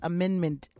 Amendment